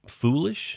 foolish